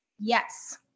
Yes